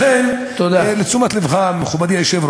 לכן הסטודנטים הערבים מתמקדים בתחומי לימוד כגון מקצועות עזר